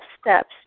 steps